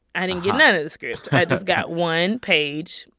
i didn't get none of the script. i just got one page.